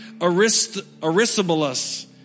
Aristobulus